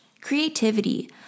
creativity